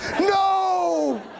No